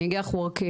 אני אגיד לך וורקי,